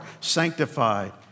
sanctified